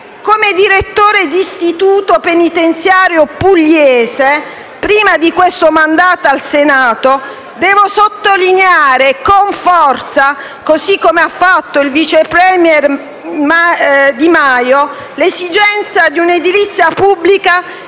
Come direttore di istituto penitenziario pugliese, prima di questo mandato al Senato, devo sottolineare con forza, così come ha fatto il vice *premier* Di Maio, l'esigenza di un'edilizia pubblica